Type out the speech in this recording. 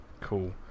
cool